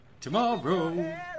Tomorrow